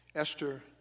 Esther